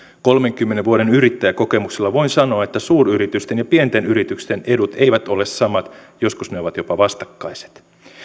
kolmenkymmenen vuoden yrittäjäkokemuksella voin sanoa että suuryritysten ja pienten yritysten edut eivät ole samat joskus ne ovat jopa vastakkaiset